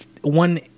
one